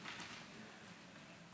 ההצעה להעביר את הנושא לוועדת הכלכלה